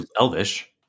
Elvish